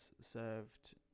served